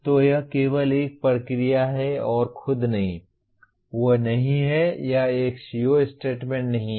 तो यह केवल एक प्रक्रिया है और खुद नहीं वे नहीं हैं यह एक CO स्टेटमेंट नहीं है